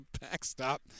backstop